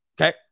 Okay